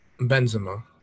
Benzema